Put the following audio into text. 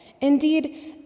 Indeed